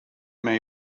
may